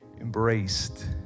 embraced